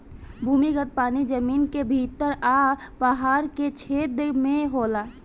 भूमिगत पानी जमीन के भीतर आ पहाड़ के छेद में होला